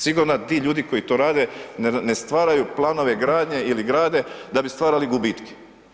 Sigurno ti ljudi koji to rade, ne stvaraju planove gradnje ili grade da bi stvarali gubitke.